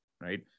right